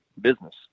business